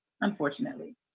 unfortunately